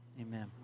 Amen